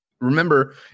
Remember